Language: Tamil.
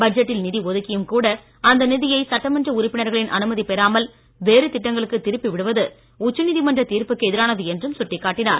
பட்ஜெட்டில் நிதி ஒதுக்கியும் கூட அந்த நிதியை சட்டமன்ற உறுப்பினர்களின் அனுமதி பெறாமல் வேறு திட்டங்களுக்கு திருப்பி விடுவது உச்சநீதிமன்ற தீர்ப்புக்கு எதிரானது என்றும் சுட்டிக்காட்டினார்